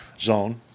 zone